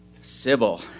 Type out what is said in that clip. Sybil